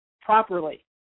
properly